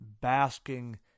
basking